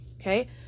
Okay